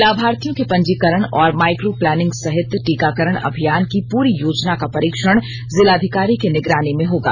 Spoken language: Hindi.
लाभार्थियों के पंजीकरण और माइक्रोप्लानिंग सहित टीकाकरण अभियान की पूरी योजना का परीक्षण जिलाधिकारी की निगरानी में होगा